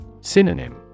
Synonym